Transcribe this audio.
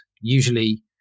usually